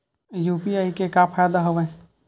UPI के का फ़ायदा हवय?